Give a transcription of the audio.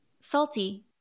salty